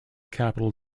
capital